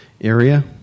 area